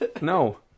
no